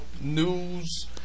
news